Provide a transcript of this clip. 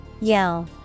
Yell